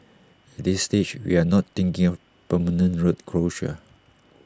this stage we are not thinking of permanent road closure